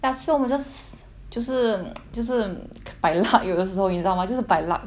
ya so 我们 just 就是 就是 by luck 有的时候你知道吗就是 by luck